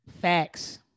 Facts